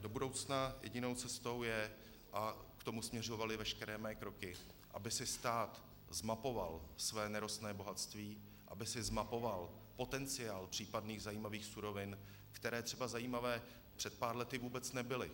Do budoucna jedinou cestou je a k tomu směřovaly veškeré mé kroky aby si stát zmapoval své nerostné bohatství, aby si zmapoval potenciál případných zajímavých surovin, které třeba zajímavé před pár lety vůbec nebyly.